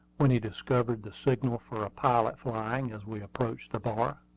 when he discovered the signal for a pilot flying, as we approached the bar.